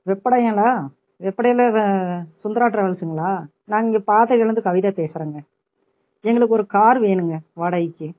வெப்படையாண்ணா வெப்படையில் வெ சுந்தரா டிராவல்ஸுங்களா நாங்கள் இங்கே கவிதா பேசுறேங்க எங்களுக்கு ஒரு கார் வேணுங்க வாடகைக்கு